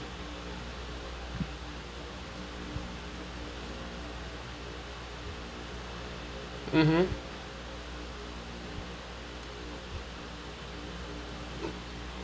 mmhmm